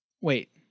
Wait